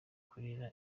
kurira